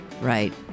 Right